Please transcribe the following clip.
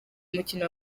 umukino